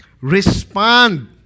Respond